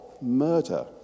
murder